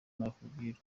nakubwira